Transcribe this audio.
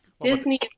Disney –